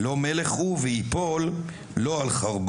/ לא מלך הוא / וייפול, לא על חרבו.